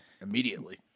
immediately